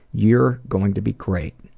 you're going to be great.